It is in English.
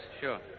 Sure